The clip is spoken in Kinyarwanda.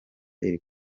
iri